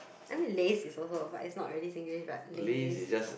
I mean laze is also but it's not really Singlish but laze